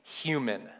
human